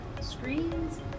screens